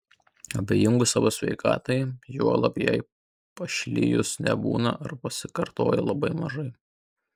abejingų savo sveikatai juolab jai pašlijus nebūna arba pasitaiko labai mažai